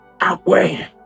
outweigh